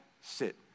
sit